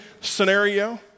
scenario